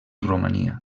romania